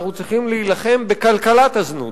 אנחנו צריכים להילחם בכלכלת הזנות,